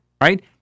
right